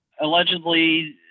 Allegedly